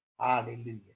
Hallelujah